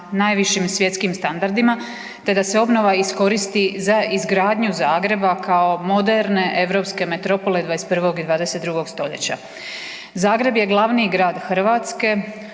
najvišim svjetskim standardima, te da se obnova iskoristi za izgradnju Zagreba kao moderne europske metropole 21. i 22. stoljeća. Zagreb je glavni grad Hrvatske,